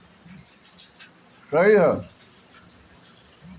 exchange market में लोग आपन पईसा लगावत बाटे